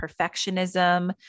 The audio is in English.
perfectionism